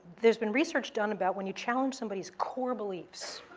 there's been research done about when you challenge somebody's core beliefs,